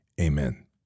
Amen